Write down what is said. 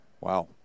Wow